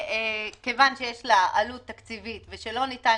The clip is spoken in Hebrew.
כיוון שיש לה עלות תקציבית ושלא ניתן